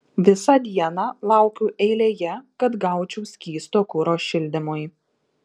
visą dieną laukiau eilėje kad gaučiau skysto kuro šildymui